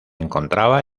encontraba